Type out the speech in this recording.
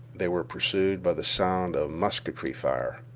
they were pursued by the sound of musketry fire.